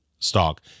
stock